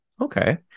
Okay